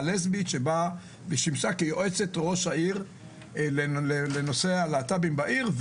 לסבית ששימשה כיועצת ראש העיר לנושא הלהט"בים בעיר,